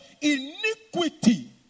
iniquity